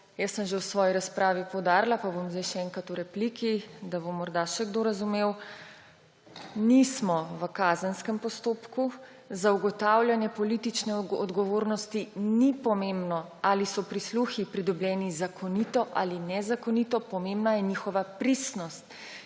Jaz sem že v svoji razpravi poudarila, pa bom zdaj še enkrat v repliki, da bo morda še kdo razumel. Nismo v kazenskem postopku, za ugotavljanje politične odgovornosti ni pomembno, ali so prisluhi pridobljeni zakonito ali nezakonito, pomembna je njihova pristnost.